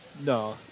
No